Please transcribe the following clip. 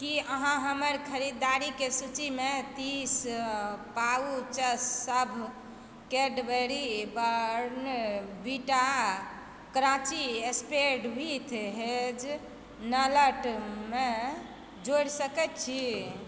की अहाँ हमर खरीदारीक सूचीमे तीस पाउचसभ Cadbury Bournvita crunchy spread with हेजलनटमे जोड़ि सकैत छी